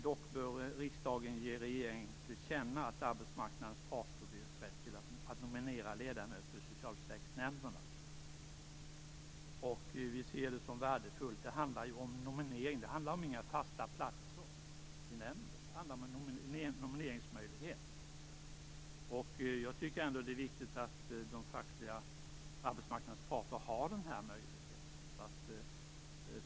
Dock bör riksdagen ge regeringen till känna att arbetsmarknadens parter bör ges rätt att nominera ledamöter i socialförsäkringsnämnderna. Vi ser det som värdefullt. Det handlar ju om nominering och inte om fasta platser i nämnden. Det handlar om en nomineringsmöjlighet. Det är viktigt att arbetsmarknadens parter har den här möjligheten.